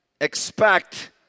expect